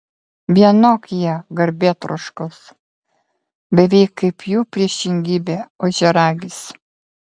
vienok jie garbėtroškos beveik kaip jų priešingybė ožiaragis